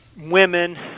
women